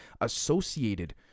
Associated